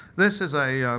this is a